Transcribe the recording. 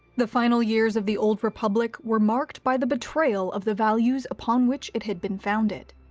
the final years of the old republic were marked by the betrayal of the values upon which it had been founded.